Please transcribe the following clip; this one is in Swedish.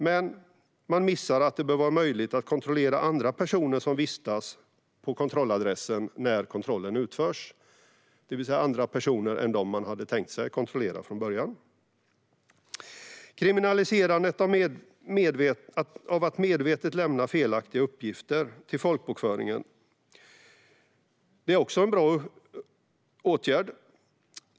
Men man missar att det bör vara möjligt att kontrollera andra personer som vistas på kontrolladressen när kontrollen utförs, det vill säga andra personer än dem som man från början hade tänkt kontrollera. Det handlar också om kriminaliserandet av att medvetet lämna felaktiga uppgifter till folkbokföringen. Det är också en bra åtgärd.